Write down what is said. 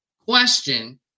question